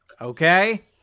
okay